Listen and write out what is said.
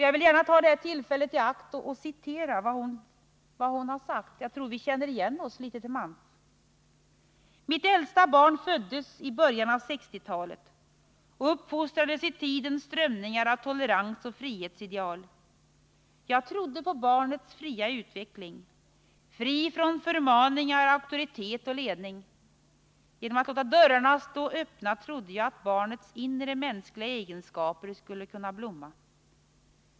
Jag vill gärna ta det här tillfället i akt att citera vad hon skriver — jag tror att vi känner igen oss litet till mans: ”Mitt äldsta barn föddes i början på sextiotalet och uppfostrades i tidens strömning av tolerans och frihetsideal. Jag trodde på barnets fria utveckling. Fri från förmaningar, auktoritet och ledning. Genom att låta dörrarna stå öppna trodde jag att barnets inre mänskliga egenskaper skulle kunna blomma.